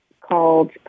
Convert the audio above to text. called